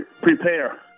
Prepare